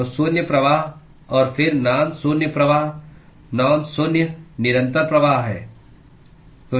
तो शून्य प्रवाह और फिर नान शून्य प्रवाह नान शून्य निरंतर प्रवाह है